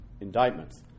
indictments